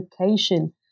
education